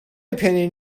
opinion